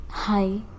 Hi